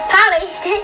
polished